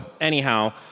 anyhow